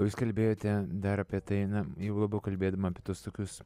jūs kalbėjote dar apie tai na jau labiau kalbėdama apie tuos tokius